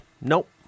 nope